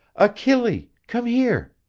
achille! come here!